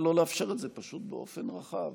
למה לא לאפשר את זה פשוט באופן רחב?